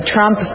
Trump